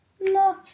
No